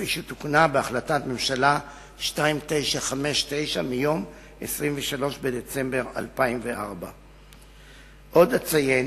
כפי שתוקנה בהחלטת ממשלה 2959 מיום 23 בדצמבר 2004. עוד אציין